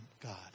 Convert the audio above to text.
God